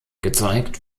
gezeigt